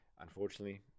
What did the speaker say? Unfortunately